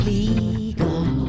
legal